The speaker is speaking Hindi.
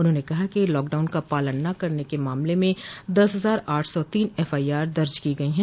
उन्होंने कहा कि लॉकडाउन का पालन न करने के मामले में दस हजार आठ सौ तीन एफआईआर दर्ज की गई है